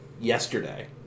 yesterday